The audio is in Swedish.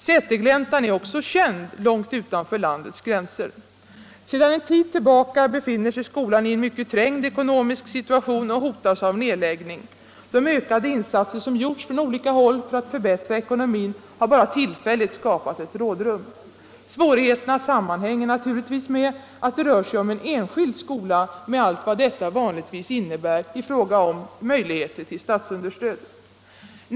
Sätergläntan är också känd långt utanför landets gränser. Sedan en tid tillbaka befinner sig skolan i en mycket trängd ekonomisk situation och hotas av nedläggning. De ökade insatser som gjorts från olika håll för att förbättra ekonomin har bara tillfälligt skapat ett rådrum. Svårigheterna sammanhänger naturligtvis med att det rör sig om en enskild skola med allt vad detta vanligtvis innebär i fråga om möjligheter till statsunderstöd.